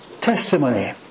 testimony